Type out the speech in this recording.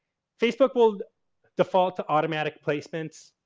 facebook will default to automatic placements.